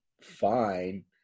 fine